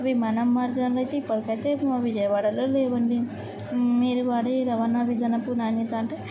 విమాన మార్గంలో అయితే ఇప్పటికైతే మా విజయవాడలో లేవండి మీరు వాడే రవాణా విధానపు నాణ్యత అంటే